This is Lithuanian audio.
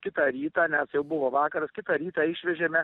kitą rytą nes jau buvo vakaras kitą rytą išvežėme